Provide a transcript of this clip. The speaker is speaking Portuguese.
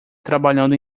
trabalhando